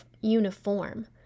uniform